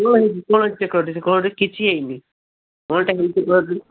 କ'ଣ ହେଇଛି କିଛି ହେଇନି କ'ଣଟା ହେଇଛି